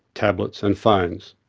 tablets and phones.